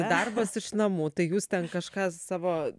darbas iš namų tai jūs ten kažką savo